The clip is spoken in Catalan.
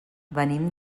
venim